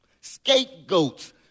scapegoats